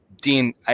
Dean